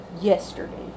yesterday